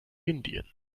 indien